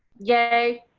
yay.